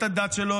את הדת שלו,